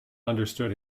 understood